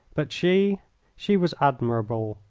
but she she was admirable.